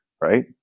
right